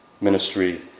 ministry